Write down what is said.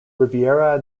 riviera